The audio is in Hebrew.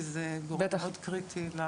כי זה גורם מאוד קריטי.